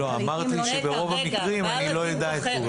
אמרת לי שברוב המקרים אני לא אדע את סוג הפעולה.